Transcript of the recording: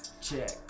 Check